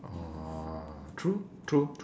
oh true true true